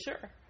sure